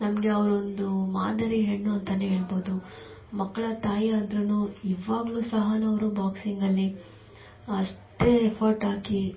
ನಮಗೆ ಅವರೊಂದು ಮಾದರಿ ಹೆಣ್ಣು ಅಂತ ಹೇಳ್ಬೋದು ಮಕ್ಕಳ ತಾಯಿಯಾದ್ರು ಇವಾಗಲೂ ಸಹಾ ಅವರು ಬಾಕ್ಸಿಂಗಲ್ಲಿ ಅಷ್ಟೇ ಎಫರ್ಟ್ ಹಾಕಿ